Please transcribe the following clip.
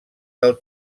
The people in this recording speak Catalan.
del